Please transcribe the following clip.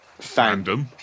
Fandom